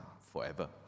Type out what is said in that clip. forever